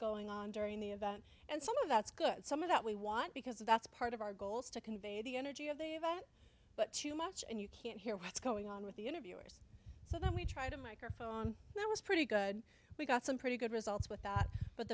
going on during the event and some of that's good some of that we want because that's part of our goal is to convey the energy of the event but too much and you can't hear what's going on with the interviewers so that we try to microphone that was pretty good we got some pretty good results with that but